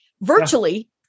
virtually